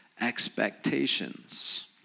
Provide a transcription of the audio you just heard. expectations